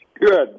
Good